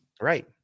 Right